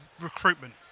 recruitment